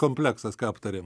kompleksas ką aptarėm